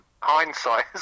hindsight